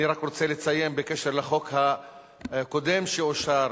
אני רק רוצה לציין בקשר לחוק הקודם שאושר,